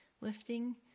lifting